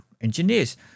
engineers